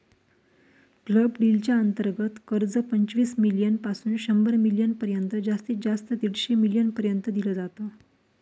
club deal च्या अंतर्गत कर्ज, पंचवीस मिलीयन पासून शंभर मिलीयन पर्यंत जास्तीत जास्त दीडशे मिलीयन पर्यंत दिल जात